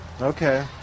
Okay